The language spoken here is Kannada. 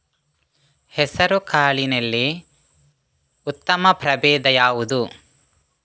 ಹೆಸರುಕಾಳಿನಲ್ಲಿ ಉತ್ತಮ ಪ್ರಭೇಧ ಯಾವುದು?